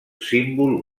símbol